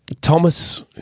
Thomas